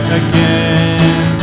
again